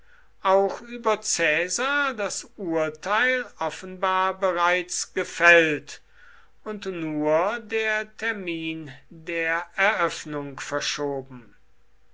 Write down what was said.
auch über caesar das urteil offenbar bereits gefällt und nur der termin der eröffnung verschoben